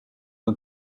een